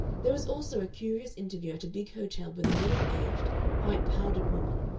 there was also a curious interview at a big hotel with a middle-aged, white-powdered woman,